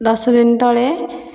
ଦଶଦିନ ତଳେ